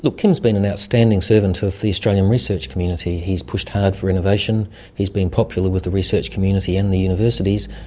kim's been an outstanding servant of the australian research community. he's pushed hard for innovation, he's been popular with the research community and the universities.